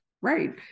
right